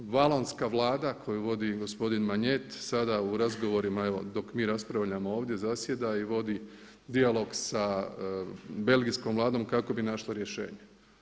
Valonska vlada koju vodi gospodin Magnet, sada u razgovorima evo dok mi raspravljamo ovdje zasjeda i vodi dijalog sa belgijskom vladom kako bi našla rješenje.